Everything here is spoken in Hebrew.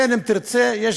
ואם תרצה או לא,